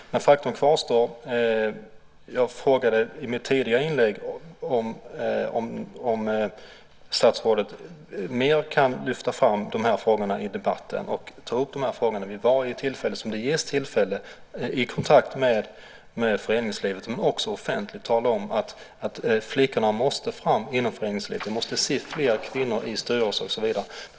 Men faktum kvarstår. Jag frågade i mitt tidigare inlägg om statsrådet kan lyfta fram frågorna i debatten mer och ta upp dem vid varje tillfälle som ges i kontakt med föreningslivet, men också offentligt. Det gäller att tala om att flickorna måste fram inom föreningslivet. Vi måste se fler kvinnor i styrelser och så vidare.